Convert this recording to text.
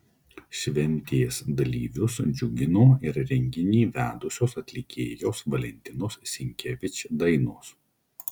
šventės dalyvius džiugino ir renginį vedusios atlikėjos valentinos sinkevič dainos